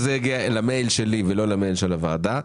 זה הגיע למייל שלי ולא למייל של הוועדה,